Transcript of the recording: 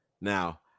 Now